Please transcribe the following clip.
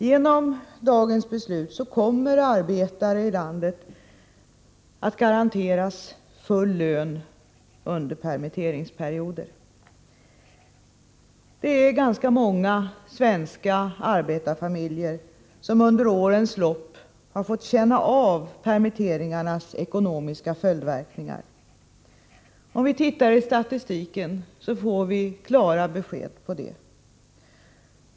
Genom dagens beslut kommer landets arbetare att garanteras full lön under permitteringsperioden. Det är många svenska arbetarfamiljer som under årens lopp har fått känna av permitteringarnas ekonomiska följdverkningar. Om vi tittar i statistiken får vi klara besked om detta.